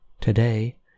Today